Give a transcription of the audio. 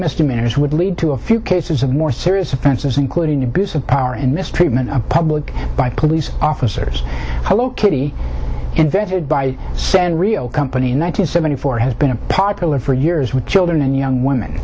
misdemeanors would lead to a few cases of more serious offenses including abuse of power and mistreatment of public by police officers hello kitty invented by san rio company nine hundred seventy four has been popular for years with children and young wom